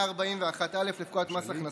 חבר הכנסת אוהד טל להציג את הצעת החוק.